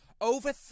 over